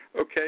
Okay